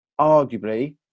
arguably